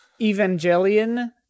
evangelion